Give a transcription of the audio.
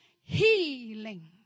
healing